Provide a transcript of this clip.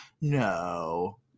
no